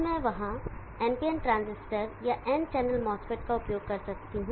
मैं वहां NPN transistor या N चैनल MOSFET का उपयोग कर सकता हूं